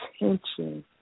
attention